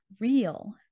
real